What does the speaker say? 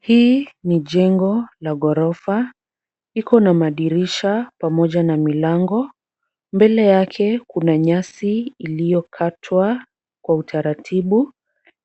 Hii ni jengo la ghorofa iko na madirisha pamoja na milango mbele yake kuna nyasi iliyokatwa kwa utaratibu